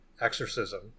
exorcism